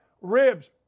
ribs